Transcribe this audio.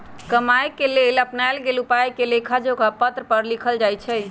कमाए के लेल अपनाएल गेल उपायके लेखाजोखा पत्र पर लिखल जाइ छइ